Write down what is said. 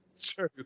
True